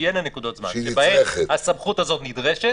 שבהן הסמכות הזאת נדרשת,